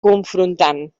confrontant